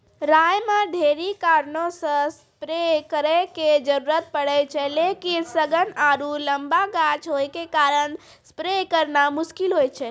राई मे ढेरी कारणों से स्प्रे करे के जरूरत पड़े छै लेकिन सघन आरु लम्बा गाछ होय के कारण स्प्रे करना मुश्किल होय छै?